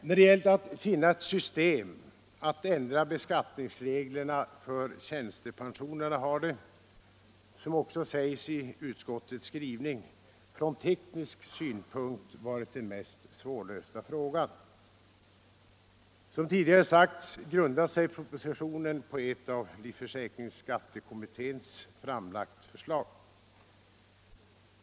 När det gällt att finna ett system att ändra beskattningsreglerna för tjänstepensionerna har det, som också sägs i utskottets skrivning, varit den mest svårlösta frågan. Som tidigare sagts grundar sig propositionen på ett av försäkringsskattekommittén framlagt förslag.